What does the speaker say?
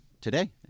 today